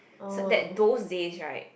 so that those days right